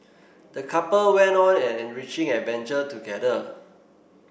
the couple went on an enriching adventure together